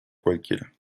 cualquiera